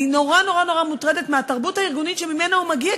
אני נורא נורא נורא מוטרדת מהתרבות הארגונית שממנה הוא מגיע,